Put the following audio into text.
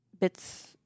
bits